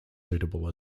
suitable